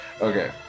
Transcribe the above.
okay